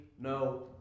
no